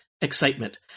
excitement